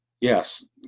Yes